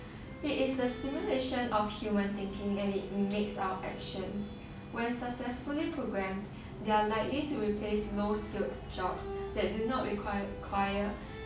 it is a simulation of human thinking and it mimics our actions when successfully programmed they are likely to replace low skill jobs that do not require